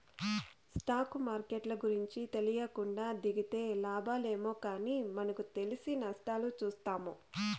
stock మార్కెట్ల గూర్చి తెలీకుండా దిగితే లాబాలేమో గానీ మనకు తెలిసి నష్టాలు చూత్తాము